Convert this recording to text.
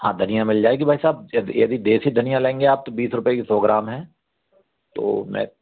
हाँ धनिया मिल जाएगी भाइ साहब यदि देशी धनिया लेंगे आप तो बीस रुपये के सौ ग्राम है तो मैं